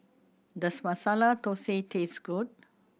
does Masala Thosai taste good